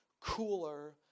cooler